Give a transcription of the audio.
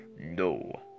No